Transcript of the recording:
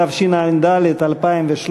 התשע"ד 2013,